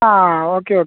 ആ okay okay